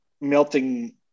Melting